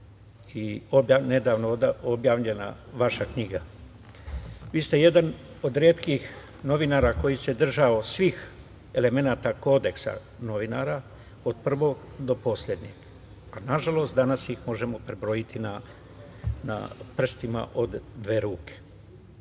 i nedavno objavljena vaša knjiga. Vi ste jedan od retkih novinara koji se držao svih elemenata kodeksa novinara od prvog do poslednjeg. Nažalost, danas ih možemo prebrojiti na prstima od dve